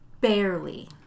Barely